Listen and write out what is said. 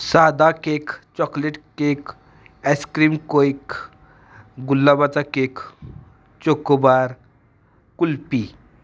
साधा cake chocolate cake ice cream कोईक गुलाबाचा केक चोकोबार कुल्फी